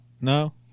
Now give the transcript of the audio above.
No